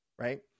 right